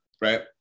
right